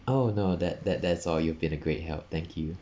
oh no that that that's all you've been a great help thank you